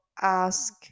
ask